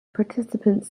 participants